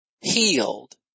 healed